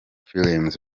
films